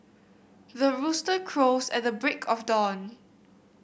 the rooster crows at the break of dawn